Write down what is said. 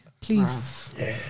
Please